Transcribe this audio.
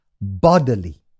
bodily